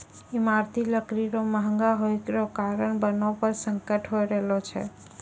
ईमारती लकड़ी रो महगा होय रो कारण वनो पर संकट होय रहलो छै